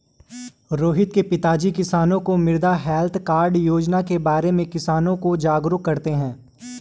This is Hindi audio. रोहित के पिताजी किसानों को मृदा हैल्थ कार्ड योजना के बारे में किसानों को जागरूक करते हैं